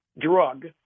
drug